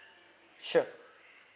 sure